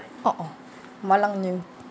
uh uh malangnya